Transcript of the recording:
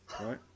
Right